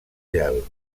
gel